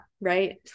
right